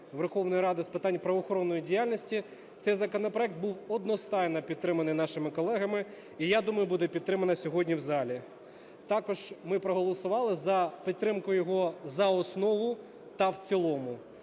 Верховної Ради з питань правоохоронної діяльності цей законопроект був одностайно підтриманий нашими колегами, і, я думаю, буде підтриманий сьогодні в залі. Також ми проголосували за підтримку його за основу та в цілому.